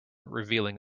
revealing